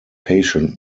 patient